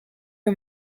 que